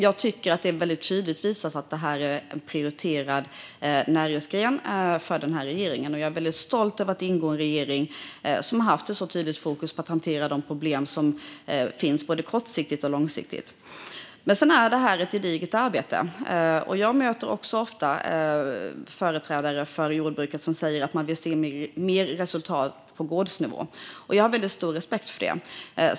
Jag tycker att detta väldigt tydligt visar att det här är en prioriterad näringsgren för regeringen. Jag är väldigt stolt över att ingå i en regering som har haft ett tydligt fokus på att hantera de problem som finns både kortsiktigt och långsiktigt. Detta är ett gediget arbete. Också jag möter ofta företrädare för jordbruket som säger att man vill se större resultat på gårdsnivå. Jag har väldigt stor respekt för det.